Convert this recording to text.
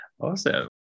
Awesome